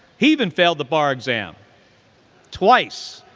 he even failed the bar exam twice.